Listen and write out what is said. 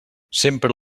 sempre